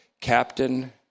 Captain